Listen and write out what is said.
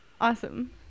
Awesome